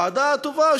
הוועדה הטובה,